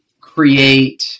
create